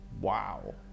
Wow